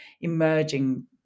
emerging